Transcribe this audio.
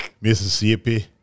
Mississippi